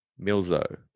Milzo